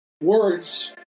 words